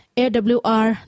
awr